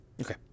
Okay